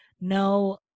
No